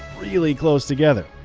really close together.